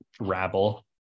rabble